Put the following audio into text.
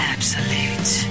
Absolute